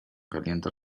caliente